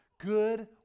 Good